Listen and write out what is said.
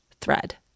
thread